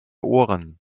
ohren